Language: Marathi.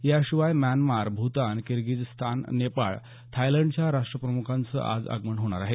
याशिवाय म्यानमार भूतान किर्गिजस्तान नेपाळ थायलंडच्या राष्ट्रप्रमुखांचं आज आगमन होणार आहे